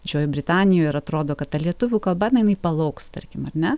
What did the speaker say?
džiojoj britanijoj ir atrodo kad ta lietuvių kalba na inai palauks tarkim ar ne